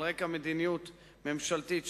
על רקע מדיניות ממשלתית שתיקנה,